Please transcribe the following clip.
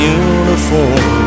uniform